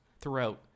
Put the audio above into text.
throughout